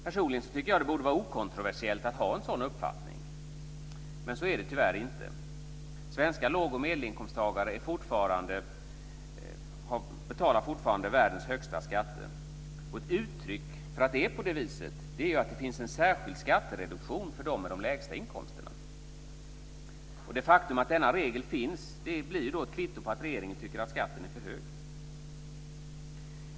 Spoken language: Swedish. Personligen tycker jag att det borde vara okontroversiellt att ha en sådan uppfattning. Men så är det tyvärr inte. Svenska låg och medelinkomsttagare betalar fortfarande världens högsta skatter. Ett uttryck för det är att det finns en särskild skattereduktion för dem med de lägsta inkomsterna. Det faktum att denna regel finns är samtidigt ett kvitto på att regeringen tycker att skatten är för hög.